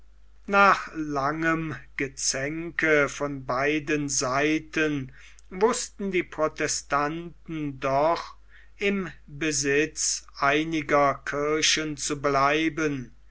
nach langem gezänke von beiden selten wußten die protestanten doch im besitz einiger kirchen zu bleiben